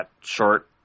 short